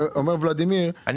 יש